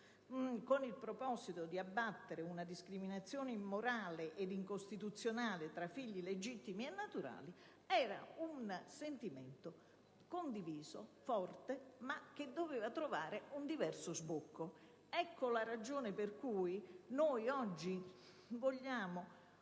con il proposito di abbattere una discriminazione immorale e incostituzionale tra figli legittimi e naturali. Questa volontà condivisa e forte doveva trovare un diverso sbocco. Ecco la ragione per cui oggi insistiamo